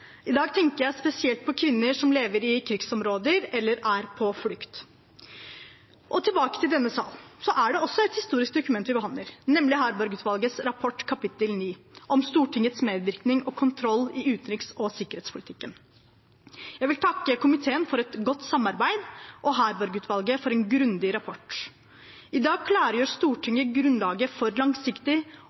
I dag tenker jeg spesielt på kvinner som lever i krigsområder eller er på flukt. Tilbake til denne salen er det også et historisk dokument vi behandler, nemlig Harberg-utvalgets rapport kapittel 9, om Stortingets medvirkning og kontroll i utenriks- og sikkerhetspolitikken. Jeg vil takke komiteen for et godt samarbeid og Harberg-utvalget for en grundig rapport. I dag klargjør Stortinget grunnlaget for langsiktig,